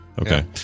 Okay